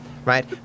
Right